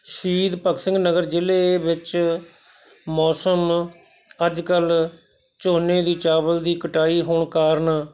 ਸ਼ਹੀਦ ਭਗਤ ਸਿੰਘ ਨਗਰ ਜ਼ਿਲ੍ਹੇ ਵਿੱਚ ਮੌਸਮ ਅੱਜ ਕੱਲ੍ਹ ਝੋਨੇ ਦੀ ਚਾਵਲ ਦੀ ਕਟਾਈ ਹੋਣ ਕਾਰਨ